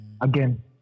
again